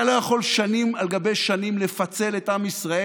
אתה לא יכול שנים על גבי שנים לפצל את עם ישראל,